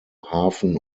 hafen